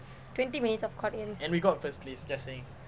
twenty minutes of COD games